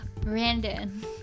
Brandon